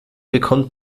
bekommt